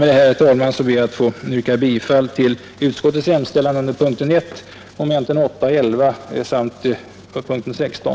Med det anförda ber jag att få yrka bifall till utskottets hemställan under punkten 1, mom. 8 och 11, samt under punkten 16.